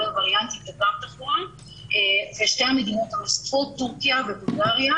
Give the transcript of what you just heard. וריאנטים --- ושתי המדינות הנוספות טורקיה ובולגריה